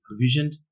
provisioned